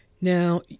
Now